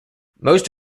most